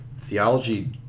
theology